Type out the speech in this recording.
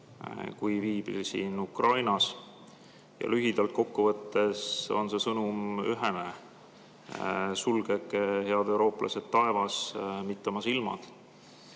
kui viibisin Ukrainas. Lühidalt kokku võttes on sõnum ühene: sulgege, head eurooplased, taevas, mitte oma silmad.